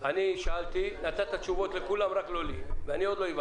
שאלתי שאלה ולא ענית לי.